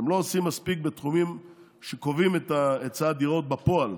אתם לא עושים מספיק בתחומים שקובעים את היצע הדירות בפועל,